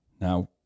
Now